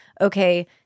okay